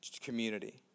community